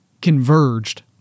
converged